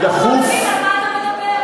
שהכול נפלא פה והציבור לא מבין על מה אתה מדבר.